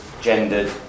gendered